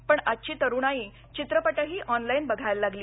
पण आजची तरुणाई चित्रपटही ऑनलाईन बघायला लागली